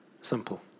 simple